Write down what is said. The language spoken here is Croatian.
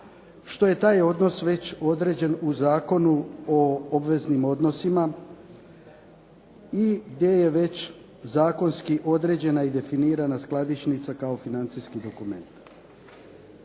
što je taj odnos već određen u Zakonu o obveznim odnosima i gdje je već zakonski određena i definirana skladišnica kao financijski dokument.